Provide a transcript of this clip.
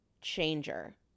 changer